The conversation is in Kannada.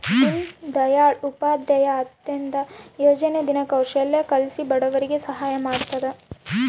ದೀನ್ ದಯಾಳ್ ಉಪಾಧ್ಯಾಯ ಅಂತ್ಯೋದಯ ಯೋಜನೆ ದಿನ ಕೌಶಲ್ಯ ಕಲ್ಸಿ ಬಡವರಿಗೆ ಸಹಾಯ ಮಾಡ್ತದ